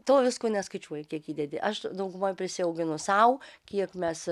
to visko neskaičiuoji kiek įdedi aš daugumoj prisiauginu sau kiek mes